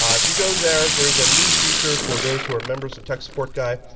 um if you go there, there's a new feature for those who are members of tech support guy.